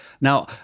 Now